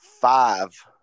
five